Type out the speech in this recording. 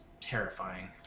terrifying